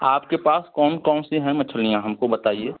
आपके पास कौन कौन सी हैं मछलियाँ हमको बताइए